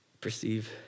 Perceive